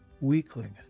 Weakling